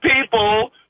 people